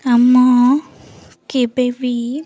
ଆମ କେବେବି